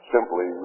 simply